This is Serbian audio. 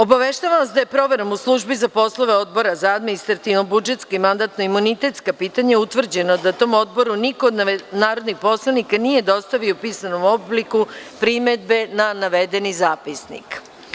Obaveštavam vas da je proverom u Službi za poslove Odbora za administrativno-budžetska i mandatno-imunitetska pitanja utvrđeno da tom odboru niko od narodnih poslanika nije dostavio u pisanom obliku primedbe na navedeni zapisnik.